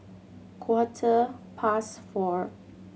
quarter past four